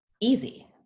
easy